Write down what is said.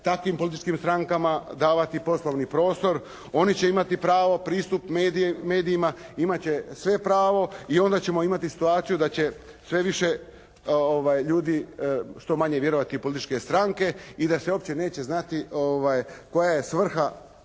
takvim političkim strankama davati poslovni prostor, oni će imati pravo pristup medijima i imati će sve pravo i onda ćemo imati situaciju da će sve više ljudi što manje vjerovati u političke stranke i da se uopće neće znati koja je svrha